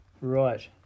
Right